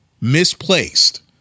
misplaced